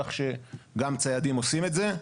כך שגם ציידים עושים את זה.